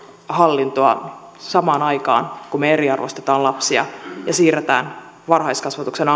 hallintoa samaan aikaan kun eriarvoistetaan lapsia siirretään varhaiskasvatuksen